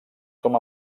com